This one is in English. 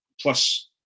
Plus